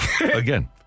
Again